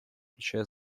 включая